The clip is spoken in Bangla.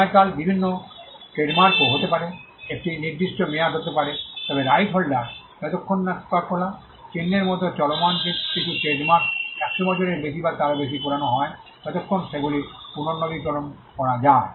সময়কাল বিভিন্ন ট্রেডমার্কও হতে পারে একটি নির্দিষ্ট মেয়াদে হতে পারে তবে রাইট হোল্ডার যতক্ষণ না কোকাকোলা চিহ্নের মতো চলমান কিছু ট্রেডমার্ককে 100 বছরের বেশি বা তারও বেশি পুরানো হয় ততক্ষণ সেগুলি পুনর্নবীকরণ করা যায়